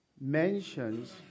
mentions